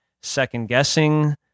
second-guessing